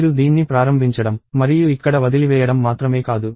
మీరు దీన్ని ప్రారంభించడం మరియు ఇక్కడ వదిలివేయడం మాత్రమే కాదు